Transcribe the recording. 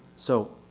so,